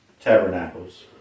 tabernacles